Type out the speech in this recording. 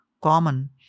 common